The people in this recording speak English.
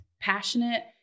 passionate